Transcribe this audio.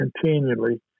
continually